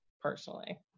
personally